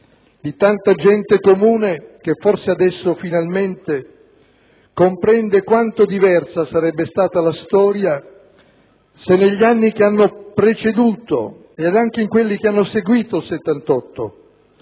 di tanta gente comune, che forse, adesso, finalmente comprende quanto diversa sarebbe stata la storia se, negli anni che hanno preceduto e anche in quelli che hanno seguito il 1978,